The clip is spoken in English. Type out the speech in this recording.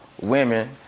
women